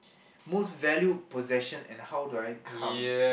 most valued possession and how do I come